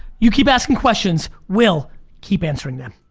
you keep asking questions, we'll keep answering them.